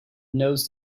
knows